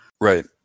Right